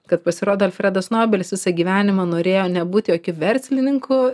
kad pasirodo alfredas nobelis visą gyvenimą norėjo nebūti jokiu verslininku